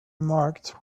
marked